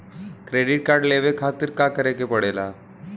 Credit card लेवे खातिर का करे के पड़ेला?